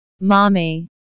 Mommy